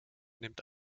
nimmt